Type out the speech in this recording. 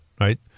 right